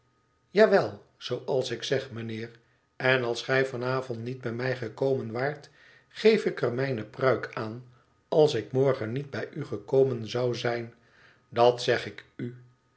wel zooals ik zeg mijnheer n als gij van avond niet bij mij gekomen waart geef ik er mijne pruik aan als ik morgen niet bij u gekomen zou zijn dat zeg ik u